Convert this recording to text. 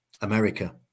America